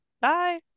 Bye